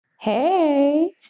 Hey